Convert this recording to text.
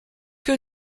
que